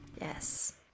Yes